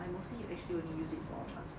I mostly actually only use it for transport